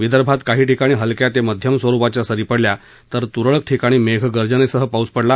विदर्भात काही ठिकाणी हलक्या ते मध्यम स्वरुपाच्या सरी पडल्या तर तुरळक ठिकाणी मेघगर्जनेसह पाऊस पडला